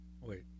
Wait